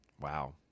wow